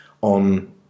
on